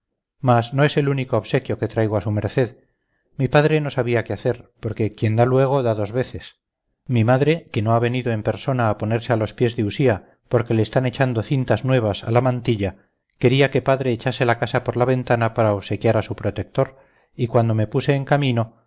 mas no es el único obsequio que traigo a su merced mi padre no sabía qué hacer porque quien da luego da dos veces mi madre que no ha venido en persona a ponerse a los pies de usía porque le están echando cintas nuevas a la mantilla quería que padre echase la casa por la ventana para obsequiar a su protector y cuando me puse en camino